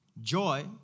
joy